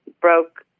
broke